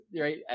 right